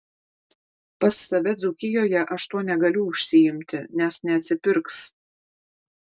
pas save dzūkijoje aš tuo negaliu užsiimti nes neatsipirks